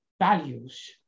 values